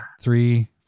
Three